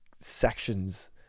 sections